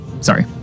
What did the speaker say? Sorry